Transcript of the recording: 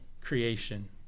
creation